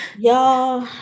Y'all